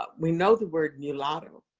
but we know the word mulatto,